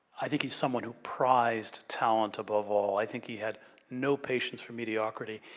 i think he's someone who prized talent above all. i think he had no patience for mediocrity.